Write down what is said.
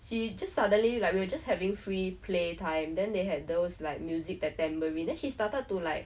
she just suddenly like we were just having free play time then they had those like music ta~ tambourine then she started to like